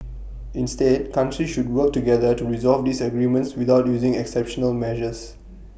instead countries should work together to resolve disagreements without using exceptional measures